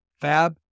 Fab